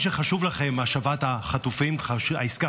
להגיד לכם שקולכם חשוב.